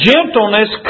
Gentleness